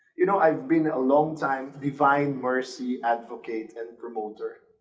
you know, i've been a long time to divine mercy advocate and promoter.